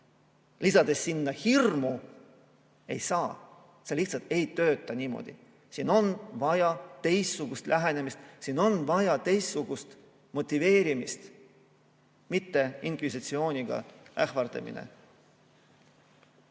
lisades sinna hirmu, ei saa. See lihtsalt ei tööta niimoodi. Siin on vaja teistsugust lähenemist, siin on vaja teistsugust motiveerimist, mitte inkvisitsiooniga ähvardamist. Inimesed